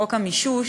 חוק המישוש,